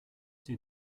die